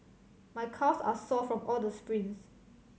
my calves are sore from all the sprints